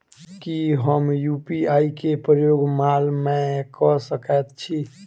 की हम यु.पी.आई केँ प्रयोग माल मै कऽ सकैत छी?